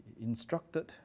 instructed